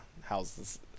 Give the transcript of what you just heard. houses